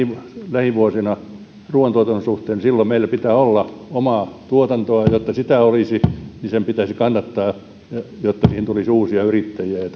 lähivuosina ruuantuotannon suhteen silloin meillä pitää olla omaa tuotantoa ja jotta sitä olisi niin sen pitäisi kannattaa jotta siihen tulisi uusia yrittäjiä